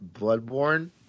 Bloodborne